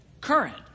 current